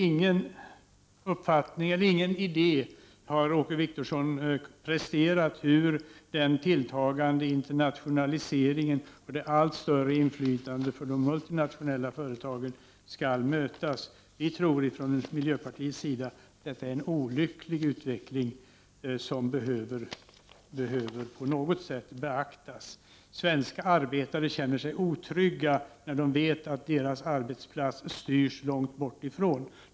Åke Wictorsson har inte presterat någon idé om hur den tilltagande internationaliseringen och det allt större inflytandet för de multinationella företagen skall mötas. Vi från miljöpartiet tror att detta är en olycklig utveckling som behöver beaktas på något sätt. Svenska arbetare känner sig otrygga när de vet att deras arbetsplats styrs långt bortifrån.